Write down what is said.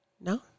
No